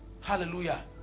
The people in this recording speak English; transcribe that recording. Hallelujah